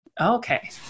Okay